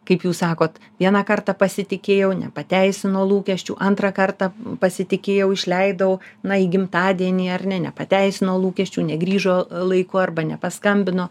kaip jūs sakot vieną kartą pasitikėjau nepateisino lūkesčių antrą kartą pasitikėjau išleidau na į gimtadienį ar ne nepateisino lūkesčių negrįžo laiku arba nepaskambino